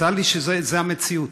צר לי שזו המציאות,